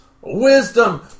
Wisdom